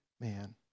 man